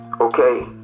okay